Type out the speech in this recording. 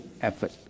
effort